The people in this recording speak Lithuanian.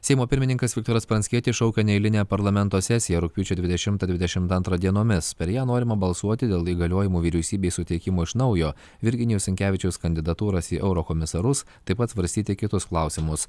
seimo pirmininkas viktoras pranckietis šaukia neeilinę parlamento sesiją rugpjūčio dvidešimtą dvidešimt antrą dienomis per ją norima balsuoti dėl įgaliojimų vyriausybei suteikimo iš naujo virginijaus sinkevičiaus kandidatūros į eurokomisarus taip pat svarstyti kitus klausimus